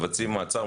מבצעים מעצר,